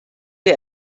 der